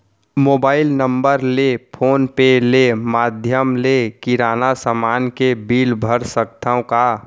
Mobile number ले phone पे ले माधयम ले किराना समान के बिल भर सकथव का?